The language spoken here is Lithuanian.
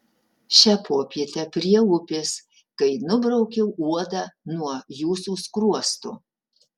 šią popietę prie upės kai nubraukiau uodą nuo jūsų skruosto